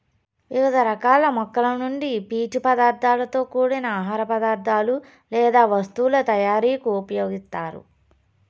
వివిధ రకాల మొక్కల నుండి పీచు పదార్థాలతో కూడిన ఆహార పదార్థాలు లేదా వస్తువుల తయారీకు ఉపయోగిస్తారు